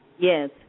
Yes